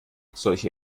solche